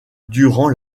durant